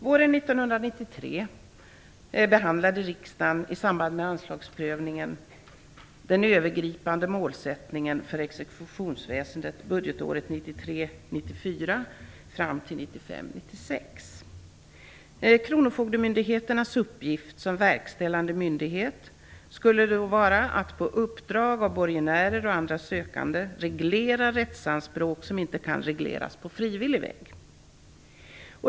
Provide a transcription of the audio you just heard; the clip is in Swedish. Våren 1993 behandlade riksdagen i samband med anslagsprövningen den övergripande målsättningen för exekutionsväsendet budgetåret 1993/94 fram till Kronofogdemyndigheternas uppgift som verkställande myndighet skulle vara att på uppdrag av borgenärer och andra sökande reglera rättsanspråk som inte kan regleras på frivillig väg.